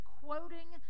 quoting